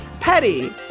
petty